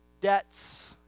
Debts